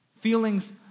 Feelings